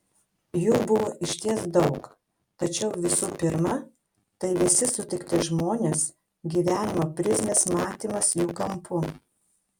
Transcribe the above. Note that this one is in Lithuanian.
jų buvo išties daug tačiau visų pirma tai visi sutikti žmonės gyvenimo prizmės matymas jų kampu